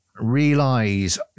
realize